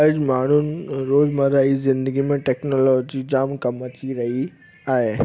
अॼु माण्हुनि रोज़मरह जी ज़िन्दगी में टेक्नोलॉजी जाम कमु अची रही आहे